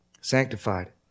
sanctified